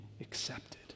accepted